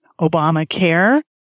Obamacare